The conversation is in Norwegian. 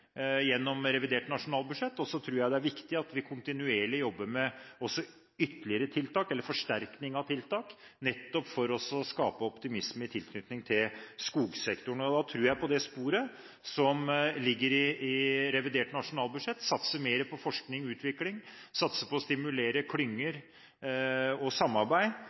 gjennom revidert nasjonalbudsjett. Så tror jeg det er viktig at vi kontinuerlig jobber med ytterligere tiltak – eller forsterkning av tiltak – nettopp for å skape optimisme i tilknytning til skogsektoren. Jeg tror på det sporet som ligger i revidert nasjonalbudsjett – satse mer på forskning og utvikling, satse på å stimulere til klynger og samarbeid,